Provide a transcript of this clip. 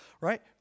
Right